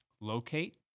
Locate